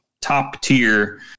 top-tier